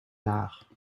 laag